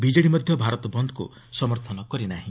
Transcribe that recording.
BJD ମଧ୍ୟ ଭାରତ ବନ୍ଦକୁ ସମର୍ଥନ କରି ନାହିଁ